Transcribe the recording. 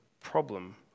problem